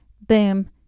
Boom